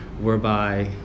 whereby